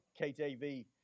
KJV